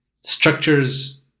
structures